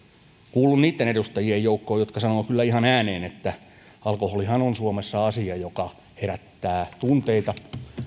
kuulun niitten edustajien joukkoon jotka sanovat kyllä ihan ääneen että alkoholihan on suomessa asia joka herättää tunteita